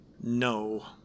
No